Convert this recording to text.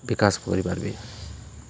ବିକାଶ କରିପାରିବେ